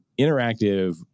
interactive